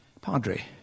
Padre